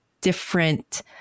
different